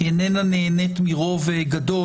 היא איננה נהנית מרוב גדול,